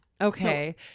Okay